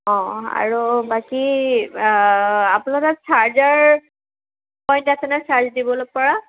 অঁ আৰু বাকী আপোনালোকৰ চাৰ্জাৰ পইণ্ট আছে নে চাৰ্জ দিবলৈ পৰা